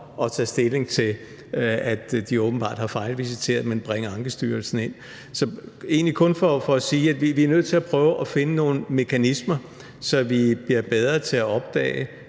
at tage stilling til, at de åbenbart har fejlvisiteret, men at de skal bringe Ankestyrelsen ind. Det er egentlig kun for at sige, at vi er nødt til at prøve at finde nogle mekanismer, så vi bliver bedre til at opdage